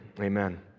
Amen